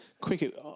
quick